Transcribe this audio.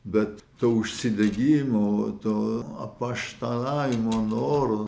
bet to užsidegimo to apaštalavimo noro